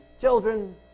children